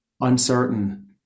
uncertain